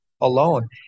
alone